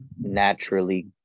naturally